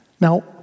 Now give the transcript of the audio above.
Now